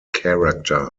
character